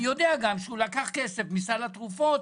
ואני יודע שהוא לקח כסף מסל התרומות